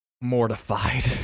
mortified